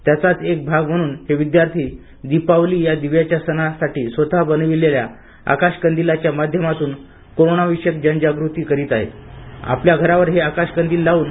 त्याचाच एक भाग म्हणून आता हे विद्यार्थी दिपावली या दिव्याच्या सणासाठी स्वत बनविलेल्या आकाश कंदीलाच्या माध्यमातून कोरोनाविषयक जनजागृती करीत आपल्या घरावर हे आकाशकंदील लावून